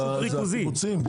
אלה הקיבוצים?